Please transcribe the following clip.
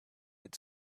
had